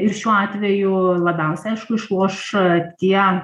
ir šiuo atveju labiausiai aišku išloš tie